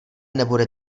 nebude